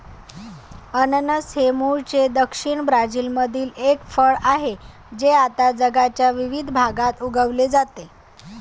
अननस हे मूळचे दक्षिण ब्राझीलमधील एक फळ आहे जे आता जगाच्या विविध भागात उगविले जाते